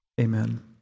Amen